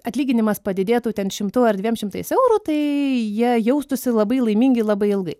atlyginimas padidėtų ten šimtu ar dviem šimtais eurų tai jie jaustųsi labai laimingi labai ilgai